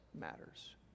matters